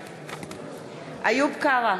בעד איוב קרא,